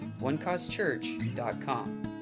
onecausechurch.com